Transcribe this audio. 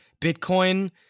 Bitcoin